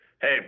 Hey